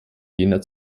jener